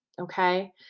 Okay